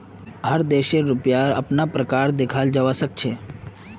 हर देशेर रुपयार अपना प्रकार देखाल जवा सक छे